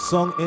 Song